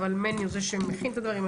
אבל מני הוא זה שמכין את הדברים.